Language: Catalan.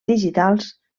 digitals